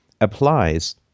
applies